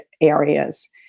areas